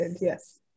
Yes